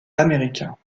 américains